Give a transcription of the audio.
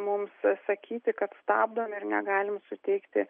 mums sakyti kad stabdom ir negalim suteikti